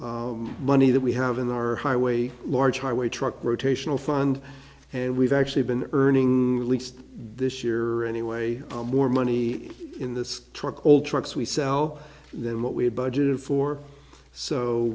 money that we have in our highway large highway truck rotational fund and we've actually been earning at least this year anyway more money in this truck old trucks we sell than what we had budgeted for so